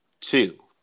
two